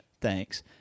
Thanks